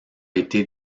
été